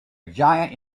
giant